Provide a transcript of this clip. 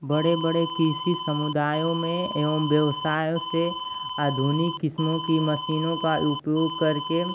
बड़े बड़े कृषि समुदायों में एवं व्यवसायों से आधुनिक किस्मों की मशीनों का उपयोग करके